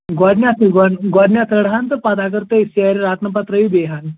گۄڈٕنٮ۪تھٕے گۄڈٕ گۄڈٕنٮ۪تھ أڑ ہن تہٕ پَتہٕ اَگر تُہۍ سیرِ ڑَٹنہٕ پَتہٕ ترٲیِو بیٚیہِ ہن